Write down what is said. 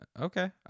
Okay